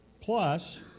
Plus